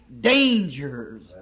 dangers